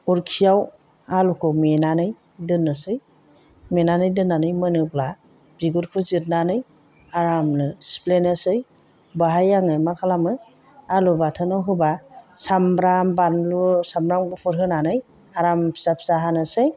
अरखियाव आलुखौ मेनानै दोननोसै मेनानै दोननानै मोनोब्ला बिगुरखौ जिरनानै आरामनो सिफ्लेनोसै बेवहाय आङो मा खालामो आलु बाथोनाव होबा साम्ब्राम बानलु साम्ब्राम गुफुर होनानै आराम फिसा फिसा हानोसै